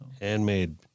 Handmade